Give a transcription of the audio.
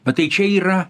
bet tai čia yra